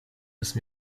müssen